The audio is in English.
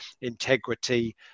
integrity